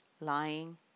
lying